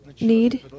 need